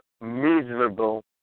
miserable